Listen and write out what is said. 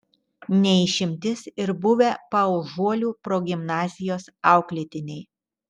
ne išimtis ir buvę paužuolių progimnazijos auklėtiniai